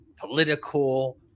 political